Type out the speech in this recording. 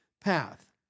path